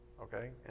okay